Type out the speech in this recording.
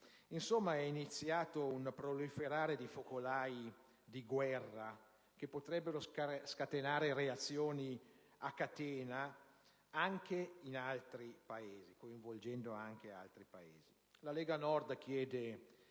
Insomma, è iniziato un proliferare di focolai di guerra che potrebbero scatenare reazioni a catena e coinvolgere anche altri Paesi. La Lega Nord chiede